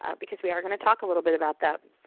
ah because we are going to talk a little bit about that.